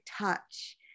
touch